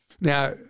Now